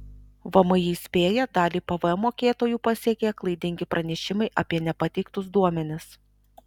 vmi įspėja dalį pvm mokėtojų pasiekė klaidingi pranešimai apie nepateiktus duomenis